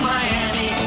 Miami